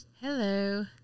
Hello